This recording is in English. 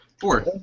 four